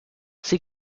sie